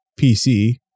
PC